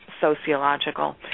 sociological